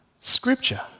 Scripture